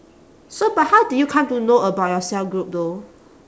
so but how do you come to know about your cell group though